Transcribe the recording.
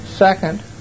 Second